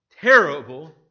terrible